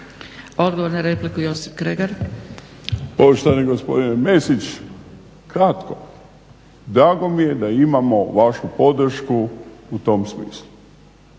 Kregar. **Kregar, Josip (Nezavisni)** Poštovani gospodine Mesić, kratko. Drago mi je da imamo vašu podršku u tom smislu.